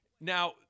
Now